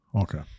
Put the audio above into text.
Okay